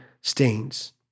stains